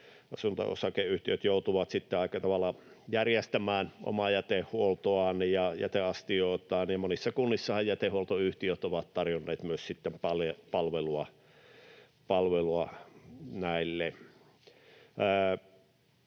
sitten aika tavalla järjestämään omaa jätehuoltoaan ja jäteastioitaan, ja monissa kunnissahan jätehuoltoyhtiöt ovat tarjonneet myös palvelua näille.